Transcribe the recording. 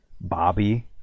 Bobby